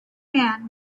man